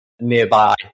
nearby